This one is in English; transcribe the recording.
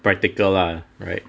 practical lah right